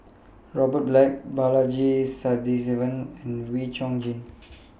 Robert Black Balaji Sadasivan and Wee Chong Jin